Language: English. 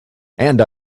and